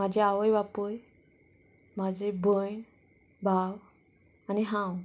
म्हाजे आवय बापूय म्हाजी भयण भाव आनी हांव